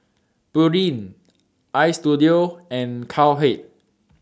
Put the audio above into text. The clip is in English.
Pureen Istudio and Cowhead